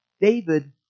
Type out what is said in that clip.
David